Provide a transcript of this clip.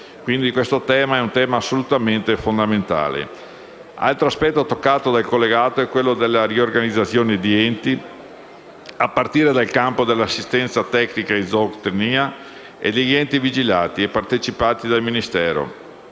un tema assolutamente fondamentale. Altro aspetto toccato dal collegato è quello della riorganizzazione di enti, a partire dal campo dell'assistenza tecnica in zootecnia e degli enti vigilati e partecipati dal Ministero.